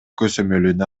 көзөмөлүнө